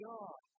God